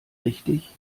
richtig